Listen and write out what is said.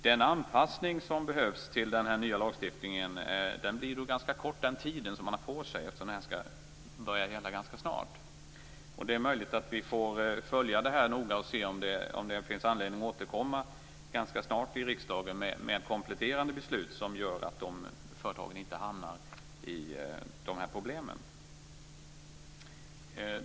Den tid som står till förfogande för att anpassa den nya lagstiftningen är ganska kort, eftersom lagstiftningen skall börja gälla ganska snart. Vi får följa frågan noga och se om det finns anledning att ganska snart återkomma med ett kompletterande beslut, så att företagen inte hamnar i de här problemen.